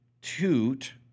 toot